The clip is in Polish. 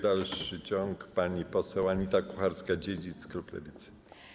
Dalszy ciąg - pani poseł Anita Kucharska-Dziedzic, klub Lewicy.